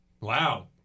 Wow